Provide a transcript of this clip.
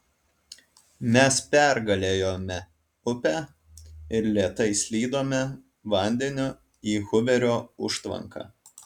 mes pergalėjome upę ir lėtai slydome vandeniu į huverio užtvanką